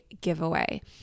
giveaway